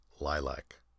lilac